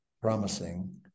promising